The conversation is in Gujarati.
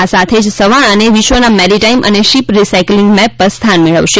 આ સાથે જ સવાણાને વિશ્વના મેરીટાઇન અને શીપ રિસાઇકલીંગ મેપ પર પણ સ્થાન મેળવશે